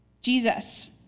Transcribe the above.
Jesus